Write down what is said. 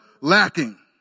lacking